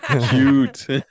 Cute